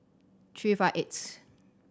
three five eighth